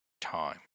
time